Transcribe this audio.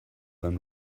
than